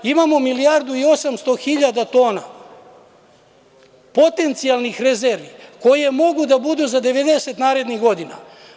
Imamo milijardu i 800 hiljada tona potencijalnih rezervi, koje mogu da budu za narednih 90 godina.